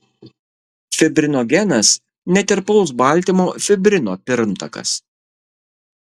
fibrinogenas netirpaus baltymo fibrino pirmtakas